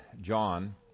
John